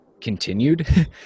continued